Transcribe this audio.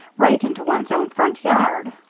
right into one's own front yard.